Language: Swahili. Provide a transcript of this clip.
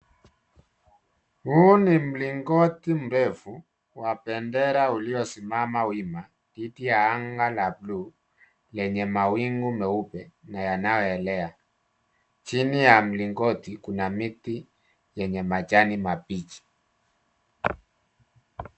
Huu ni mlingoti mrefu wa bendera uliosimama wima, dhidi ya anga la blue lenye mawingu meupe na yanayoelea. Chini ya mlingoti kuna miti yenye majani mabichi.